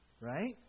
Right